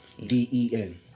D-E-N